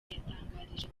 yatangarije